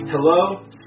Hello